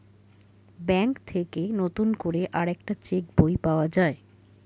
bank থেকে নতুন করে আরেকটা চেক বই পাওয়া যায়